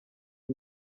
日本